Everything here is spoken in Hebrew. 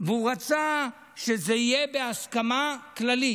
והוא רצה שזה יהיה בהסכמה כללית.